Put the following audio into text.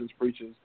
preachers